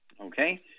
okay